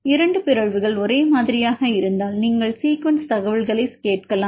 2 பிறழ்வுகள் ஒரே மாதிரியாக இருந்தால் நீங்கள் சீக்வென்ஸ் தகவல்களைக் கேட்கலாம்